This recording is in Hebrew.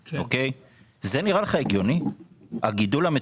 זה נראה לך הגיוני הגידול המטורף הזה?